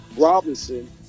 Robinson